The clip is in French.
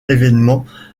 évènements